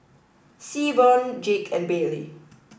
Seaborn Jake and Baylie